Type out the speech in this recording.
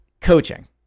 Coaching